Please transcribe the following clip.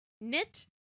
Knit